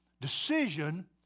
decision